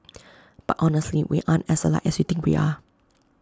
but honestly we aren't as alike as you think we are